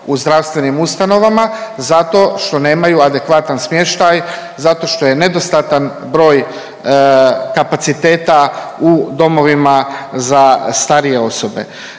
u zdravstvenim ustanovama zato što nemaju adekvatan smještaj, zato što je nedostatan broj kapaciteta u domovima za starije osobe.